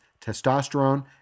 testosterone